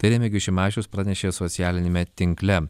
tai remigijus šimašius pranešė socialiniame tinkle